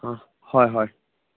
অহ হয় হয়